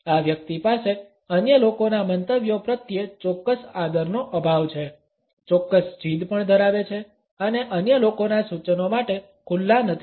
આ વ્યક્તિ પાસે અન્ય લોકોના મંતવ્યો પ્રત્યે ચોક્કસ આદરનો અભાવ છે ચોક્કસ જીદ પણ ધરાવે છે અને અન્ય લોકોના સૂચનો માટે ખુલ્લા નથી